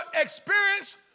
experience